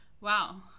wow